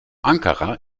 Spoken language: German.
ankara